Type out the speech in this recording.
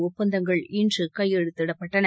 ஒப்பந்தங்கள் இன்று கையெழுத்திடப்பட்டன